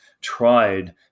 tried